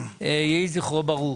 יהי זכרו ברוך.